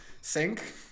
sink